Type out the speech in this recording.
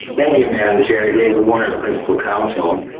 thank you madam chair, david warner, principal counsel.